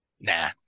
Nah